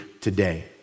today